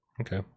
Okay